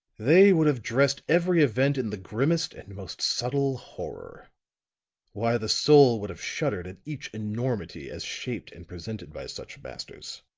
they would have dressed every event in the grimmest and most subtle horror why, the soul would have shuddered at each enormity as shaped and presented by such masters.